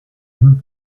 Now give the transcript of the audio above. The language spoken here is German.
ihm